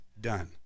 done